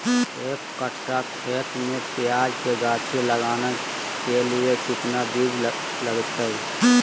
एक कट्ठा खेत में प्याज के गाछी लगाना के लिए कितना बिज लगतय?